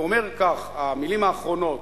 הוא אומר כך, המלים האחרונות,